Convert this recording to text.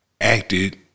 acted